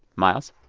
miles?